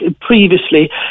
previously